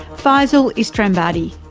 feisal istrabadi,